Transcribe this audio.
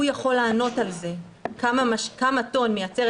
הוא יכול לענות על זה ולומר כמה טון מייצרת